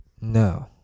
No